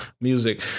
music